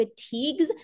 fatigues